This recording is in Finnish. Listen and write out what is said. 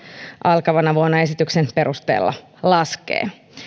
alkavana vuonna esityksen perusteella laskee